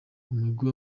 umugwi